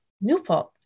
Newport